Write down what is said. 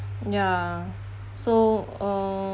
ya so uh